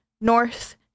north